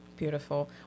Beautiful